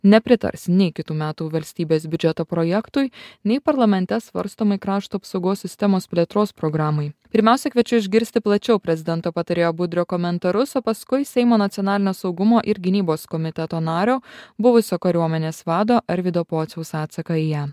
nepritars nei kitų metų valstybės biudžeto projektui nei parlamente svarstomai krašto apsaugos sistemos plėtros programai pirmiausia kviečiu išgirsti plačiau prezidento patarėjo budrio komentarus o paskui seimo nacionalinio saugumo ir gynybos komiteto nario buvusio kariuomenės vado arvydo pociaus atsaką į ją